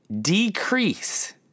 Decrease